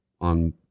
on